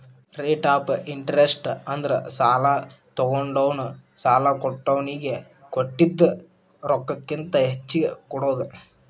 rate of interest ಅಂದ್ರ ಸಾಲಾ ತೊಗೊಂಡೋನು ಸಾಲಾ ಕೊಟ್ಟೋನಿಗಿ ಕೊಟ್ಟಿದ್ ರೊಕ್ಕಕ್ಕಿಂತ ಹೆಚ್ಚಿಗಿ ಕೊಡೋದ್